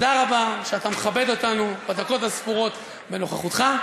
תודה רבה שאתה מכבד אותנו בדקות הספורות בנוכחותך.